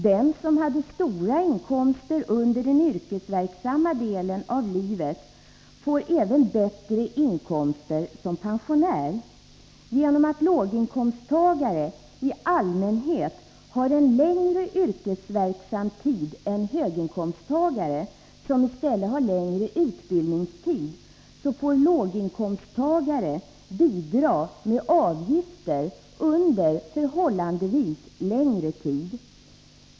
Den som har stora inkomster under den yrkesverksamma delen av livet får bättre inkomster även som pensionär. Genom att låginkomsttagare i allmänhet har en längre yrkesverksam tid än höginkomsttagare, som i stället har längre utbildningstid, får låginkomsttagare bidra med avgifter under förhållandevis längre tid.